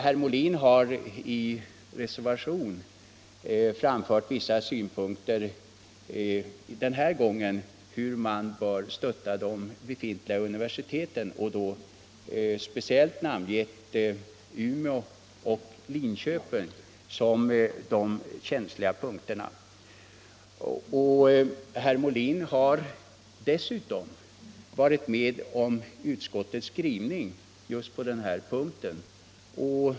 Herr Molin har i reservation framfört vissa synpunkter på hur man bör stötta de befintliga universiteten och därvid speciellt namngett Umeå och Linköping. Herr Molin har dessutom varit med om utskottets skrivning i avsnittet Skellefteå.